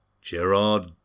Gerard